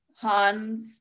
hans